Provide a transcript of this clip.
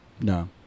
no